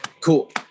cool